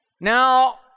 Now